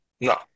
No